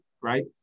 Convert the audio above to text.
right